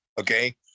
Okay